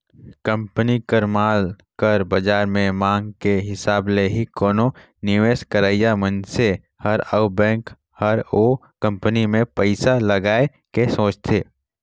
company कर माल कर बाजार में मांग के हिसाब ले ही कोनो निवेस करइया मनइसे हर अउ बेंक हर ओ कंपनी में पइसा लगाए के सोंचथे